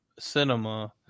cinema